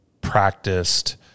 practiced